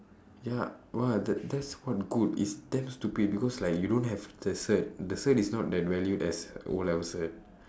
ya what that that's what good it's damn stupid because like you don't have the cert the cert is not that valued as O level cert